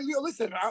listen